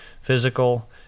physical